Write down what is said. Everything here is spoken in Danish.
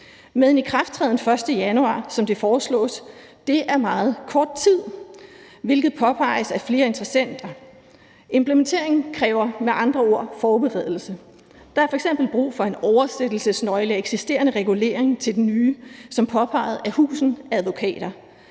med en ikrafttræden den 1. januar, som det foreslås? Det er meget kort tid, hvilket påpeges af flere interessenter. Implementeringen kræver med andre ord forberedelse. Der er f.eks. brug for en oversættelsesnøgle af eksisterende regulering til den nye som påpeget af Husen Advokater,